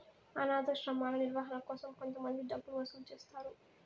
అనాధాశ్రమాల నిర్వహణ కోసం కొంతమంది డబ్బులు వసూలు చేస్తారు